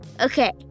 Okay